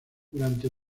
durante